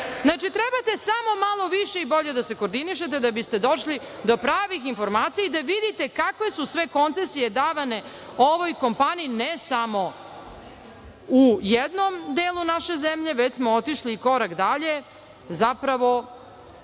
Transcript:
trebate samo malo više i bolje da se koordinišete da biste došli do pravih informacija i da vidite kakve su sve koncesije davane ovoj kompaniji, ne samo u jednom delu naše zemlje, već smo otišli i korak dalje, zapravo